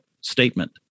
statement